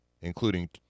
including